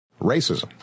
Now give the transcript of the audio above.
Racism